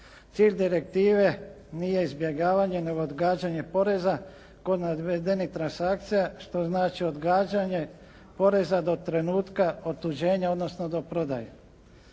Cilj direktive nije izbjegavanje nego odgađanje poreza kod navedenih transakcija što znači odgađanje poreza do trenutka otuđenja odnosno do prodaje.